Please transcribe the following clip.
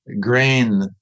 grain